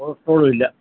കൊളസ്ട്രോളുമില്ല